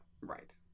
right